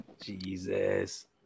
Jesus